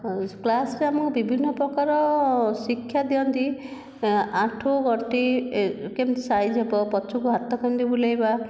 କ୍ଲାସ୍ରେ ଆମକୁ ବିଭିନ୍ନ ପ୍ରକାର ଶିକ୍ଷା ଦିଅନ୍ତି ଆଣ୍ଠୁ ଗଣ୍ଠି କେମିତି ସାଇଜ୍ ହେବ ପଛକୁ ହାତ କେମିତି ବୁଲେଇବା